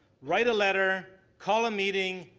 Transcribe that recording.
write a letter, call a meeting,